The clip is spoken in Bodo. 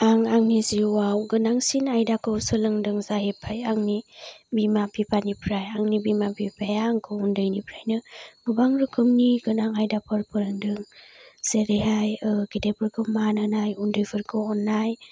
आं आंनि जिउआव गोनांसिन आयदाखौ सोलोंदों जाहैबाय आंनि बिमा बिफानिफ्राय आंनि बिमा बिफाया आंखौ उन्दैनिफ्रायनो गोबां रोखोमनि गोनां आयदाफोर फोरोंदों जेरैहाय गेदेरफोरखौ मान होनाय उन्दैफोरखौ अननाय